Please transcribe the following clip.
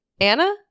Anna